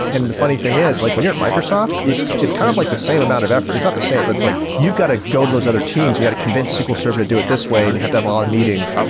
and the funny thing is like when you're at microsoft, it's it's kind of like the same amount of effort. it's not the same, but it's like you've got to go to those other teams and you got to convince sql server to do it this way and you have to have all the meetings.